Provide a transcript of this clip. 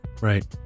Right